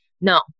no